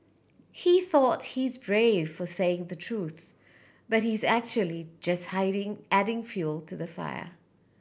he thought he's brave for saying the truth but he's actually just hiding adding fuel to the fire